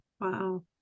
Wow